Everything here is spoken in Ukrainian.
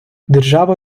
держава